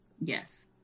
yes